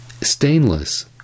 Stainless